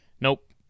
nope